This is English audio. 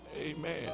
amen